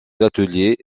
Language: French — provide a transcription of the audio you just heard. ateliers